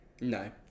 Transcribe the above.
No